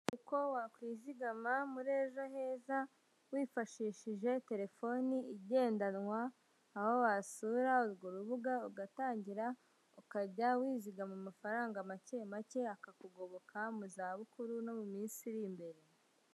Uko wakwizigama muri ejo heza wifashishije telefoni igendanwa, aho wasura urwo rubuga ugatangira ukajya wizigama amafaranga make make akakugoboka mu zabukuru no mu minsi iri imbere.